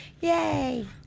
Yay